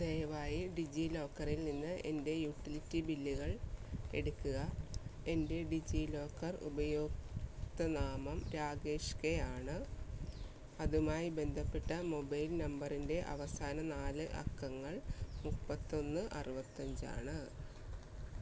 ദയവായി ഡിജി ലോക്കറിൽ നിന്ന് എൻ്റെ യൂട്ടിലിറ്റി ബില്ലുകൾ എടുക്കുക എൻ്റെ ഡിജി ലോക്കർ ഉപയോക്തൃനാമം രാകേഷ് കെ ആണ് അതുമായി ബന്ധപ്പെട്ട മൊബൈൽ നമ്പറിൻ്റെ അവസാന നാല് അക്കങ്ങൾ മുപ്പത്തിയൊന്ന് അറുപത്തിയഞ്ചാണ്